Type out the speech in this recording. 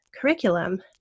curriculum